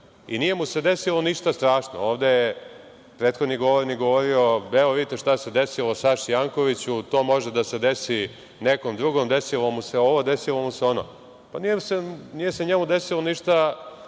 I nije mu se desilo ništa strašno. Ovde je prethodni govornik govorio - evo, vidite šta se desilo Saši Jankoviću, to može da se desi nekom drugom, desilo mu se ovo, desilo mu se ono. Pa, nije se njemu desilo ništa